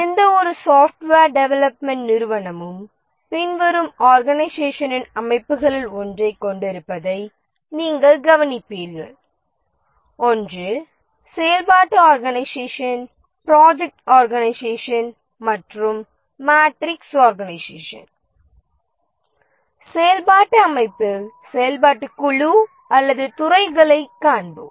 எந்தவொரு software development நிறுவனமும் பின்வரும் ஆர்கனைசேஷன்களின் அமைப்புகளில் ஒன்றை கொண்டிருப்பதை நீங்கள் கவனிப்பீர்கள் ஒன்று செயல்பாட்டு ஆர்கனைசேஷன் ப்ராஜெக்ட் ஆர்கனைசேஷன் மற்றும் மேட்ரிக்ஸ்ஆர்கனைசேஷன் செயல்பாட்டு அமைப்பில் செயல்பாட்டுக் குழு அல்லது துறைகளைக் காண்போம்